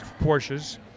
Porsches